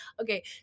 Okay